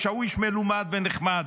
הוא שאוויש מלומד ונחמד,